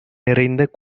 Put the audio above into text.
நிறைந்த